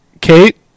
Kate